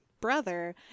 brother